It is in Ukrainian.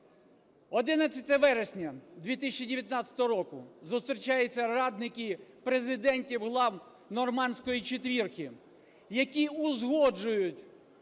11 вересня 2019 року зустрічаються радники президентів глав "нормандської четвірки", які узгоджують